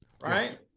right